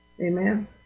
Amen